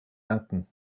danken